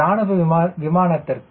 இராணுவ விமானத்திற்கு VA 1